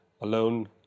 alone